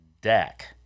deck